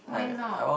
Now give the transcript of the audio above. why not